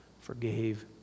forgave